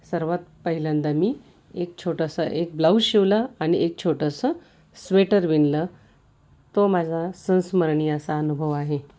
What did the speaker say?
सर्वात पहिल्यांदा मी एक छोटासा एक ब्लाऊज शिवला आणि एक छोटंसं स्वेटर विणलं तो माझा संस्मरणीय असा अनुभव आहे